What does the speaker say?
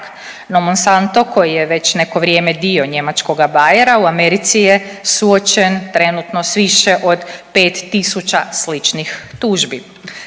No, Monstanto koje već neko vrije dio njemačkoga Bayera u Americi je suočen trenutno s više od 5.000 sličnih tužbi.